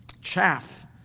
chaff